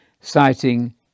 citing